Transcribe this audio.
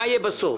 מה יהיה בסוף?